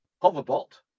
Hoverbot